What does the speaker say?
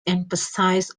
emphasis